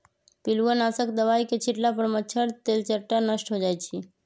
पिलुआ नाशक दवाई के छिट्ला पर मच्छर, तेलट्टा नष्ट हो जाइ छइ